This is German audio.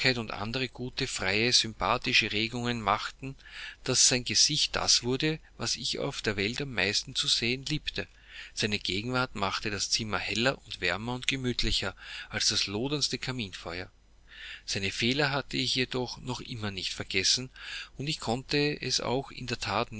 und andere gute freie sympathische regungen machten daß sein gesicht das wurde was ich auf der welt am meisten zu sehen liebte seine gegenwart machte das zimmer heller und wärmer und gemütlicher als das loderndste kaminfeuer seine fehler hatte ich jedoch noch immer nicht vergessen und ich konnte es auch in der that